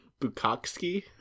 Bukowski